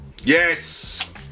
yes